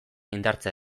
indartzea